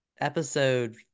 episode